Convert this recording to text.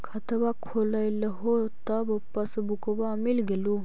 खतवा खोलैलहो तव पसबुकवा मिल गेलो?